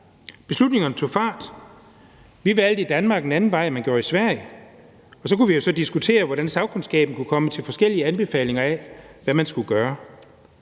Beslutningerne tog fart. Vi valgte i Danmark en anden vej, end man gjorde i Sverige, og så kunne vi jo så diskutere, hvordan sagkundskaben kunne komme til forskellige anbefalinger af, hvad man skulle gøre.